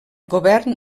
govern